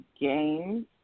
games